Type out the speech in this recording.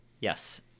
Yes